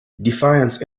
defiance